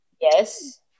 Yes